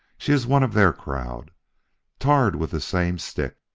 she is one of their crowd tarred with the same stick.